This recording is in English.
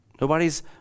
Nobody's